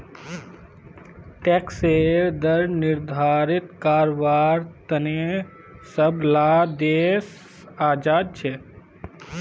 टैक्सेर दर निर्धारित कारवार तने सब ला देश आज़ाद छे